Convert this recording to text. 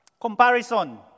comparison